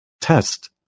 test